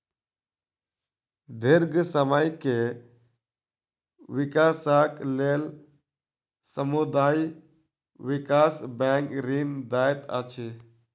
दीर्घ समय के विकासक लेल समुदाय विकास बैंक ऋण दैत अछि